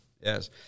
Yes